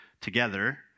together